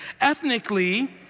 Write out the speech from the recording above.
Ethnically